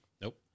Nope